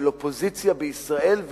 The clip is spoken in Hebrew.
של אופוזיציה בישראל,